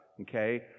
okay